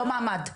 סליחה לא מעמד,